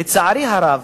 לצערי הרב,